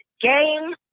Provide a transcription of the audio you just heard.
game